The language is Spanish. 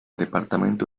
departamento